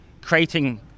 creating